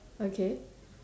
okay